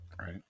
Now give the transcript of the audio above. right